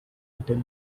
until